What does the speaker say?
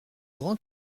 grand